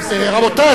רבותי,